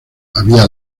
había